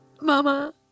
Mama